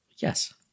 Yes